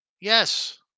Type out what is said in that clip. Yes